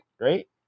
right